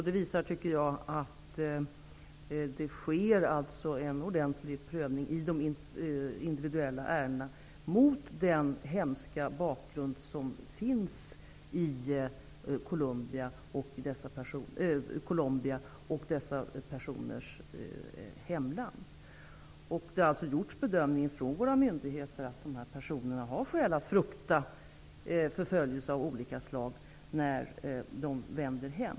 Detta tycker jag visar att en ordentlig prövning sker av de individuella ärendena med hänsyn till den hemska situationen i Colombia och i dessa personers hemland. Myndigheterna har gjort bedömningen att dessa personer har skäl att frukta förföljelse av olika slag när de vänder hem.